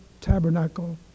tabernacle